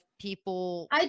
people